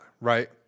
right